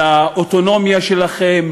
לאוטונומיה שלכם?